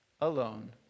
alone